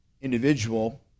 individual